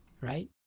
right